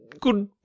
good